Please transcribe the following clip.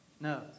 No